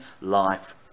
life